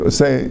say